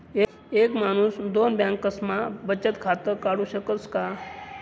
एक माणूस दोन बँकास्मा बचत खातं काढु शकस का?